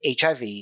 HIV